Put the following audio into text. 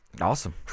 Awesome